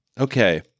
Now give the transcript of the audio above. Okay